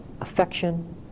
affection